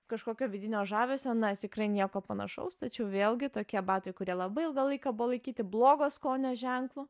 kažkokio vidinio žavesio na tikrai nieko panašaus tačiau vėlgi tokie batai kurie labai ilgą laiką buvo laikyti blogo skonio ženklu